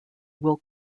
will